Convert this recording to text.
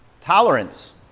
tolerance